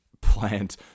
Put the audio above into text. plant